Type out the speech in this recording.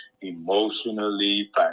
emotionally